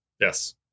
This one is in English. yes